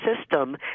system